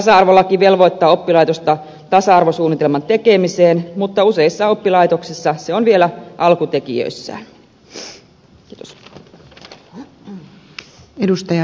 tasa arvolaki velvoittaa oppilaitosta tasa arvosuunnitelman tekemiseen mutta useissa oppilaitoksissa se on vielä alkutekijöissään